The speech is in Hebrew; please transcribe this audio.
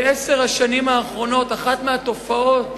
בעשר השנים האחרונות אחת מהתופעות